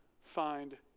find